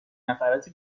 نفرات